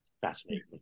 Fascinating